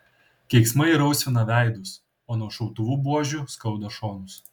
keiksmai rausvina veidus o nuo šautuvų buožių skauda šonus